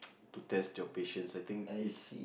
to test your patience I think it's